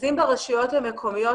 רכזים ברשויות המקומיות,